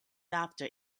after